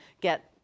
get